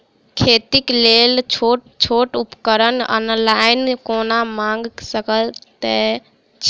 खेतीक लेल छोट छोट उपकरण ऑनलाइन कोना मंगा सकैत छी?